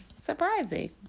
surprising